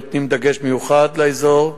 נותן דגש מיוחד לאזור,